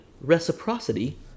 reciprocity